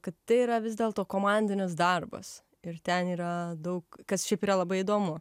kad tai yra vis dėlto komandinis darbas ir ten yra daug kas šiaip yra labai įdomu